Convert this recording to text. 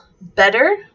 better